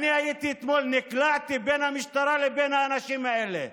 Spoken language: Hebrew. הייתי אתמול, נקלעתי בין המשטרה לבין האנשים האלה,